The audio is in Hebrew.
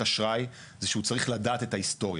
אשראי זה שהוא צריך לדעת את ההיסטוריה.